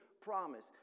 promise